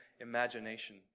imagination